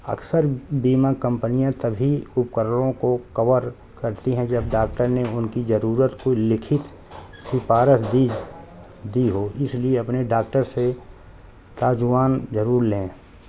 اکثر بیمہ کمپنیاں تبھی اپکرنوں کو کور کرتی ہیں جب ڈاکٹر نے ان کی ضرورت کو لکھت سفارش دی دی ہو اس لیے اپنے ڈاکٹر سے تعجوان ضرور لیں